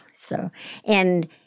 so—and